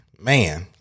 man